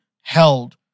held